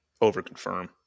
Overconfirm